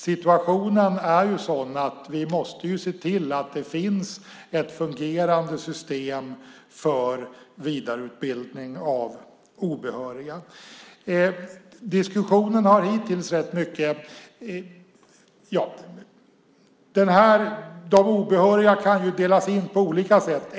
Situationen är sådan att vi måste se till att det finns ett fungerande system för vidareutbildning av obehöriga. De obehöriga kan delas in på olika sätt.